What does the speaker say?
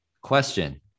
Question